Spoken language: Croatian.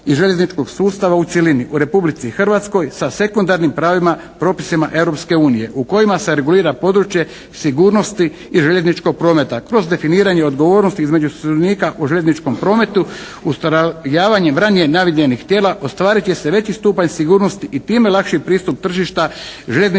i željezničkog sustava u cjelini, u Republici Hrvatskoj sa sekundarnim pravima, propisima Europske unije u kojima se regulira područje sigurnosti i željezničkog prometa kroz definiranje odgovornosti između sudionika u željezničkom prometu. Ustrojavanjem ranije navedenih tijela ostvarit će se veći stupanj sigurnosti i time lakši pristup tržišta željezničkog prijevoza